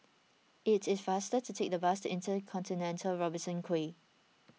it is faster to take the bus Intercontinental Robertson Quay